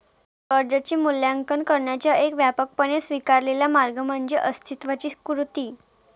कर्जाचे मूल्यांकन करण्याचा एक व्यापकपणे स्वीकारलेला मार्ग म्हणजे अस्तित्वाची कृती